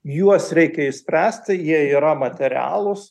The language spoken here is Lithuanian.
juos reikia išspręsti jie yra materialūs